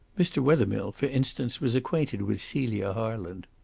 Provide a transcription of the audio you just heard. mr. wethermill, for instance, was acquainted with celia harland.